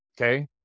okay